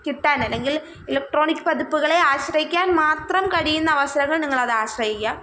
കിട്ടാന് അല്ലെങ്കില് ഇലക്ട്രോണിക് പതിപ്പുകളെ ആശ്രയിക്കാന് മാത്രം കഴിയുന്ന അവസരങ്ങള് നിങ്ങൾ അത് ആശ്രയിക്കുക